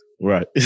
right